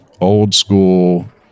old-school